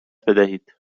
بدهید